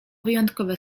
wyjątkowe